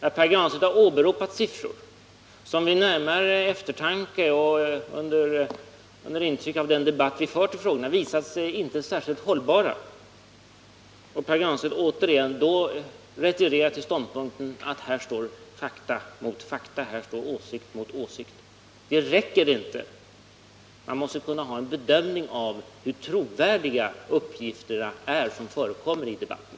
Pär Granstedt har åberopat siffror som vid närmare eftertanke och under intryck av den debatt vi fört i frågan visat sig inte särskilt hållbara, och Pär Granstedt har då återigen retirerat till ståndpunkten att här står fakta mot fakta, åsikt mot åsikt. Det räcker inte. Man måste kunna ha en bedömning av hur trovärdiga uppgifterna är som förekommer i debatten.